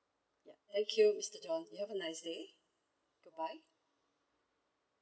ya thank you mister john you have a nice day goodbye